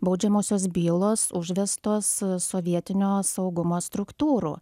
baudžiamosios bylos užvestos sovietinio saugumo struktūrų